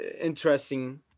interesting